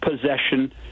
possession